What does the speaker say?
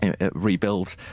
rebuild